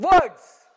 Words